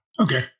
Okay